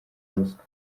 bosco